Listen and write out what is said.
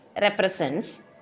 represents